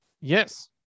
Yes